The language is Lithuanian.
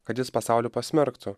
kad jis pasaulį pasmerktų